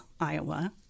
Iowa